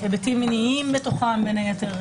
"לרבות", אדוני.